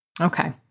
Okay